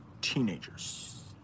teenagers